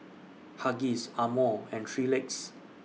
Huggies Amore and three Legs